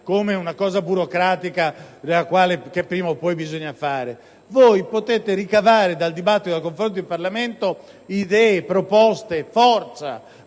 come cosa burocratica che prima o poi bisogna fare. Potete ricavare dal dibattito e dal confronto in Parlamento idee, proposte e forza.